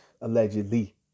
allegedly